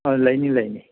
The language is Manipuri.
ꯑ ꯂꯩꯅꯤ ꯂꯩꯅꯤ